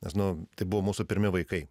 nes nu tai buvo mūsų pirmi vaikai